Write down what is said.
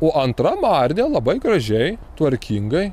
o antram arde labai gražiai tvarkingai